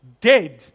dead